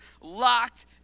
locked